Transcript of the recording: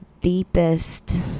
deepest